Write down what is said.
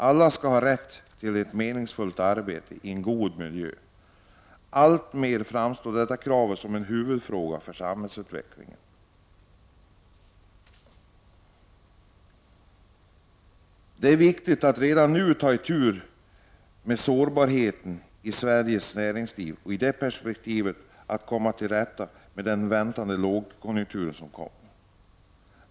Alla skall ha rätt till ett meningsfullt arbete i en god miljö. Alltmer framstår dessa krav som en huvudfråga för samhällsutvecklingen. Det är viktigt att redan nu ta itu med sårbarheten i Sveriges näringsliv, i perspektivet av den väntade lågkonjunkturen, som man bör försöka komma till rätta med.